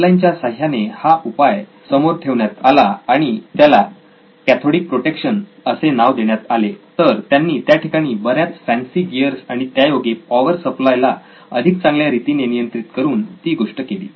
pipe line च्या साह्याने हा उपाय समोर ठेवण्यात आला आणि त्याला कॅथोडिक प्रोटेक्शन असे नाव देण्यात आले तर त्यांनी त्या ठिकाणी बऱ्याच फॅन्सी गिअर्स आणि त्यायोगे पॉवर सप्लाय ला अधिक चांगल्या रीतीने नियंत्रित करून ती गोष्ट केली